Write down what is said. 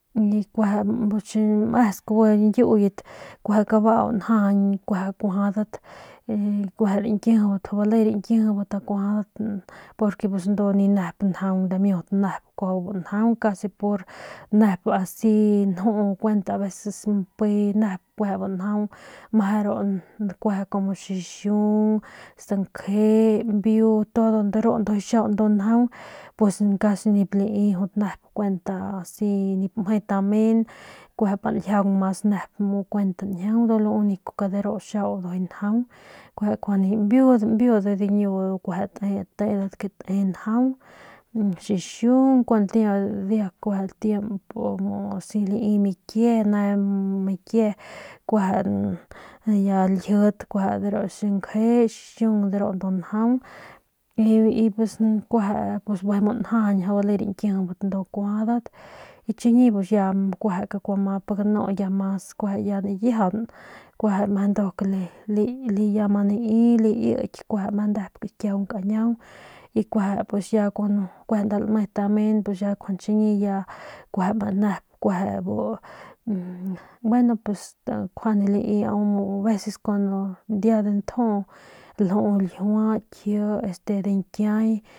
Nda nip lame nep stataung y kueje mesku bi ñkiuyet bi kabau njajañ kabau kuajadat rañkiji mjau bale rañkiji kuajadat porque pus ndudat ni nep njaung dimiut nep casi pur nep asi nju kuent aveces mpe nep meje ru kueje kumu xixung sankje todo de ru ndujuy xiau ndu njaung pues casi nip lai kuent asi nip mje tamen kueje pa nljiaung nep mas kuent njiang lo unico de ru xiau ndujuy njaung kueje mbiu mbiu ndujuy diñu tedat te njaung xixung kun el tiempo asi lai mikie ne mikie kueje ya laljit kueje de ru sankje xixung de ru ndu njaung y pues kueje bijiy mu njajañp mjau bale rañkiji ndu kuajadat ty chiñi ya kueje kua map ganu ya kueje mas nayiajaun ya ma lai laiki kueje meje nep kakiung kañiaung y kueje ya pus lame tamen ya kjuande chiñi ya kueje nep bu gueno nkjuande lai dia de nju lju ljiua kji este diñkiay.